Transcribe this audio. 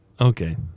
Okay